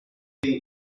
two